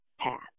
path